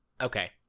Okay